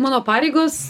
mano pareigos